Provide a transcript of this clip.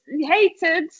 hated